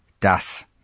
das